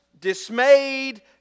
dismayed